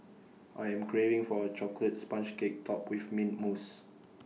I am craving for A Chocolate Sponge Cake Topped with Mint Mousse